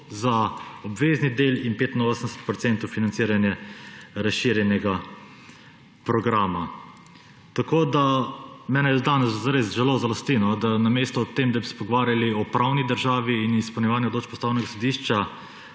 za obvezni del in 85 procentov financiranje razširjenega programa. Tako da mene danes zares zelo žalosti, da namesto o tem, da bi se pogovarjali o pravni državi in izpolnjevanju odločb Ustavnega sodišča,